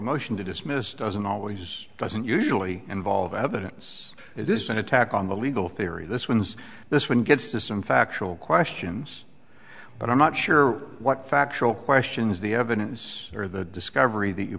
motion to dismiss doesn't always doesn't usually involve evidence it is an attack on the legal theory this wins this one gets to some factual questions but i'm not sure what factual question is the evidence or the discovery